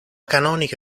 canonica